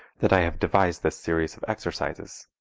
that i have devised this series of exercises.